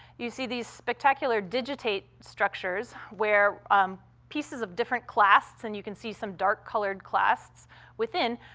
you see these spectacular digitate structures where um pieces of different clasts, and you can see some dark-colored clasts within,